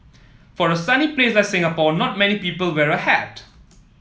for a sunny place like Singapore not many people wear a hat